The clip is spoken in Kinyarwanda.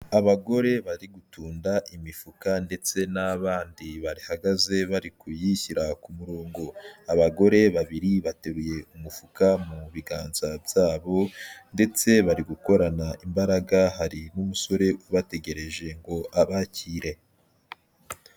Abagore bari gutunda imifuka ndetse n'abandi bahagaze bari kuyishyira ku murongo. Abagore babiri bateruye umufuka mu biganza byabo, ndetse bari gukorana imbaraga, hari n'umusore ubategereje ngo abakire.